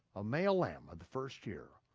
a male lamb of the first year,